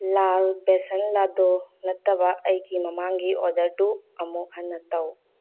ꯂꯥꯜ ꯕꯦꯁꯟ ꯂꯗꯨ ꯅꯠꯇꯕ ꯑꯩꯒꯤ ꯃꯃꯥꯡꯒꯤ ꯑꯣꯗꯔꯗꯨ ꯑꯃꯨꯛ ꯍꯟꯅ ꯇꯧ